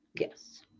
Yes